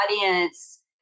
audience